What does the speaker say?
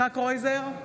יצחק קרויזר,